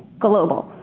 global.